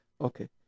Okay